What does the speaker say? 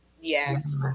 yes